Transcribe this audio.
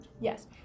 Yes